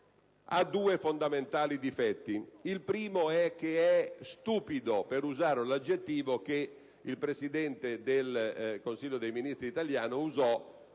ha due fondamentali difetti. Il primo è che esso è "stupido", per usare un aggettivo che l'ex Presidente del Consiglio dei ministri impiegò